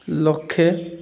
ଲକ୍ଷେ